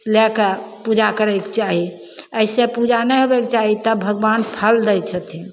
लैके पूजा करैके चाही अइसे पूजा नहि होबैके चाही तब भगवान फल दै छथिन